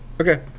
Okay